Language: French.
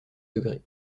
degrés